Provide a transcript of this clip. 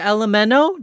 Elemento